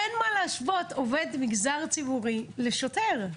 אין מה להשוות עובד מגזר ציבורי לשוטר,